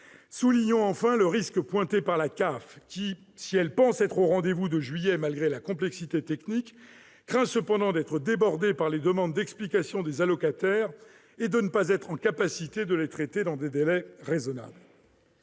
Soulignons enfin le risque pointé par la CAF, qui, si elle pense être au rendez-vous de juillet malgré la complexité technique du dispositif, craint cependant d'être débordée par les demandes d'explications des allocataires et de ne pas être en mesure de les traiter dans des délais raisonnables.